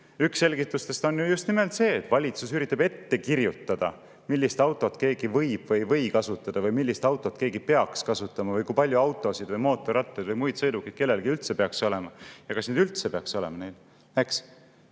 Üks selgitustest on just nimelt see, et valitsus üritab ette kirjutada, millist autot keegi võib või ei või kasutada või millist autot keegi peaks kasutama või kui palju autosid ja mootorrattaid või muid sõidukeid kellelgi üldse peaks olema ja kas neid üldse peaks olema.